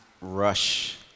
rush